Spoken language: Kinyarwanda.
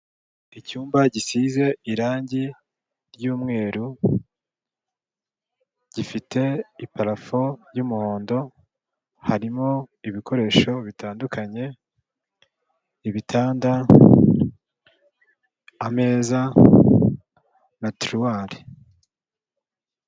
Icyumba gisize irange ry'umweru, gifite iparafo y'umuhondo, harimo ibikoresho bitandukanye, ibitanda, ameza na tiruwari.